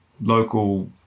local